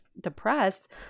depressed